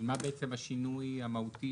מה בעצם השינוי המהותי